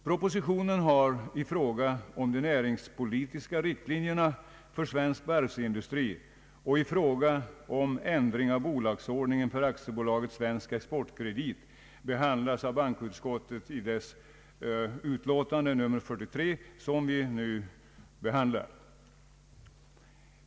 Propositionen har i fråga om de näringspolitiska riktlinjerna för svensk varvsindustri och i fråga om ändring av bolagsordningen för AB Svensk exportkredit behandlats av bankoutskottet i dess utlåtande nr 43.